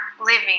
living